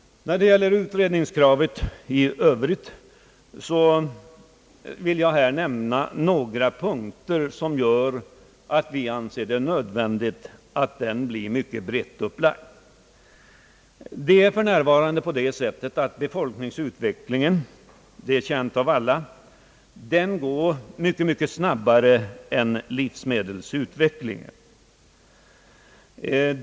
När det gäller utredningskravet i övrigt vill jag här nämna några skäl för att utredningen bör bli mycket brett upplagd. Det är för närvarande på det sättet att befolkningsutvecklingen — det är känt av alla — går mycket snabbare än utvecklingen på livsmedelsområdet.